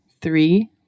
three